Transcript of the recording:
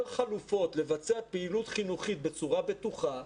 יותר חלופות לבצע פעילות חינוכית בצורה בטוחה,